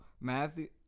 Matthew